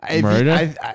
Murder